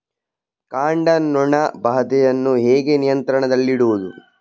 ಕಾಂಡ ನೊಣ ಬಾಧೆಯನ್ನು ಹೇಗೆ ನಿಯಂತ್ರಣದಲ್ಲಿಡುವುದು?